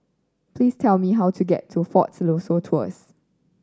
please tell me how to get to Fort Siloso Tours